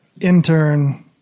intern